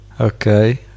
Okay